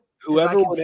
Whoever